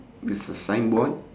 with a signboard